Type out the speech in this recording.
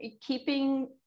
keeping